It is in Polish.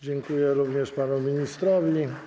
Dziękuję również panu ministrowi.